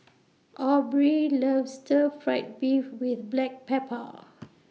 Aubrey loves Stir Fry Beef with Black Pepper